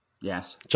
yes